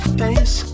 face